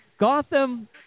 Gotham